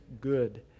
good